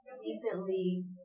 Recently